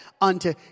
unto